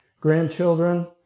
grandchildren